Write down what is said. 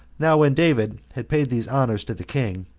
now when david had paid these honors to the king,